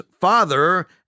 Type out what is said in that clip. father